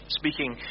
speaking